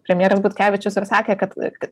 premjeras butkevičius ir sakė kad